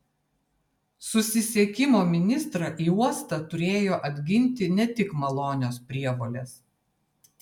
susisiekimo ministrą į uostą turėjo atginti ne tik malonios prievolės